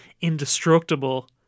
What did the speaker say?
indestructible